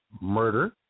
murder